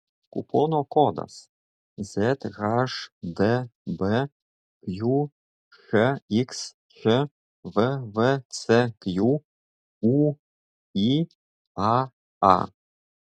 kupono kodas zhdb qšxč vvcq ūyaa